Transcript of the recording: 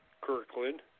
Kirkland